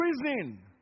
prison